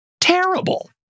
terrible